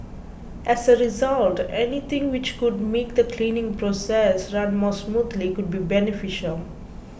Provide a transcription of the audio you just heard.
as a result anything which could make the cleaning process run more smoothly could be beneficial